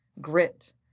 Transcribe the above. grit